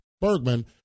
Bergman